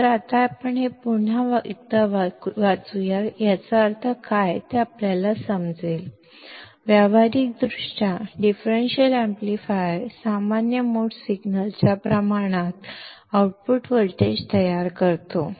तर आता आपण हे वाक्य पुन्हा एकदा वाचूया आणि त्याचा अर्थ काय आहे ते आपल्याला समजेल व्यावहारिकदृष्ट्या डिफरेंशियल एम्पलीफायर सामान्य मोड सिग्नलच्या प्रमाणात आउटपुट व्होल्टेज तयार करतो